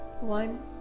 one